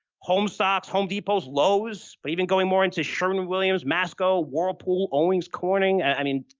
home stocks, home depots, lowe's but even going more into sherwin williams, masco, whirlpool, owens corning. i mean,